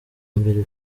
mbere